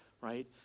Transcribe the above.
right